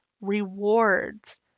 rewards